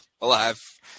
alive